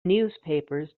newspapers